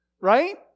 right